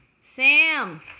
Sam